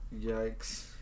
Yikes